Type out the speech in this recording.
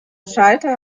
schalter